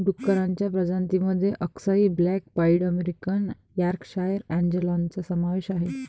डुक्करांच्या प्रजातीं मध्ये अक्साई ब्लॅक पाईड अमेरिकन यॉर्कशायर अँजेलॉनचा समावेश आहे